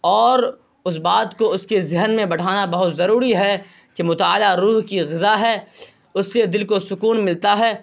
اور اس بات کو اس کے ذہن میں بٹھانا بہت ضروری ہے کہ مطالعہ روح کی غذا ہے اس سے دل کو سکون ملتا ہے